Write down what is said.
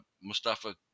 Mustafa